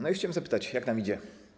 No i chciałem zapytać: Jak nam idzie?